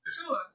Sure